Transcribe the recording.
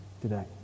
today